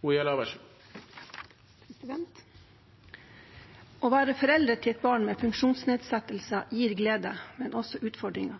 3 minutter. Å være forelder til et barn med funksjonsnedsettelse gir glede, men også utfordringer.